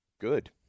good